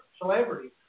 celebrities